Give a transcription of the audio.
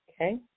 okay